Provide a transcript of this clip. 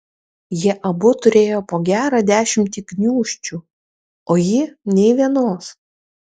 jie abu turėjo po gerą dešimtį gniūžčių o ji nė vienos